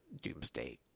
doomsday